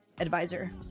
advisor